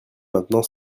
maintenant